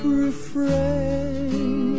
refrain